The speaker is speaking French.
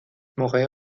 moret